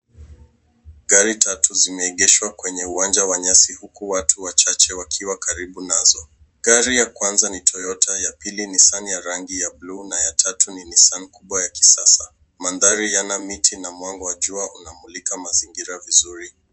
Gari tatu zimeegeshwa kwenye uwanja wa nyasi huku watu wachache wakiwa karibu nazo. Gari ya kwanza ni Toyotaya pili Nissan ya rangi ya [blue] ya tatu ni Nissan kubwa ya kisasa. Mandhari yanamiti na mwaga wa jua unamulika mazigira vizuri.